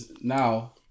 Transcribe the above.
now